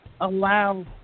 allow